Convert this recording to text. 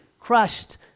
crushed